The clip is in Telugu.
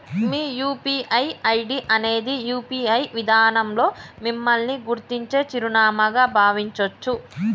మీ యూ.పీ.ఐ ఐడి అనేది యూ.పీ.ఐ విధానంలో మిమ్మల్ని గుర్తించే చిరునామాగా భావించొచ్చు